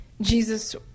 Jesus